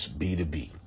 B2B